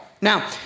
Now